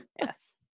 yes